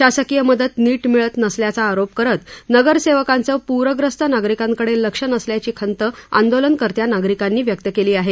शासकीय मदत नीट मिळत नसल्याचा आरोप करत नगरसेवकांचं पूरग्रस्त नागरिकांकडे लक्ष नसल्याची खंत आंदोलनकर्त्या नागरिकांनी व्यक्त केली आहे